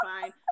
fine